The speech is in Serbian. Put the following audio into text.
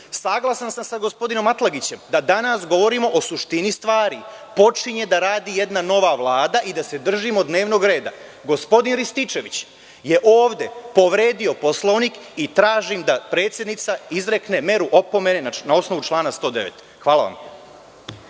saglasan sam sa gospodinom Atlagićem da danas govorimo o suštini stvari. Počinje da radi jedna nova vlada i treba da se držimo dnevnog reda. Gospodin Rističević je ovde povredio Poslovnik i tražim da predsednica izrekne meru opomene na osnovu člana 109. Hvala.